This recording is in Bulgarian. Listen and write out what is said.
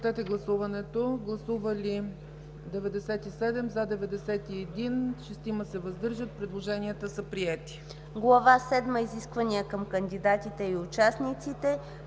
седма – Изисквания към кандидатите и участниците”.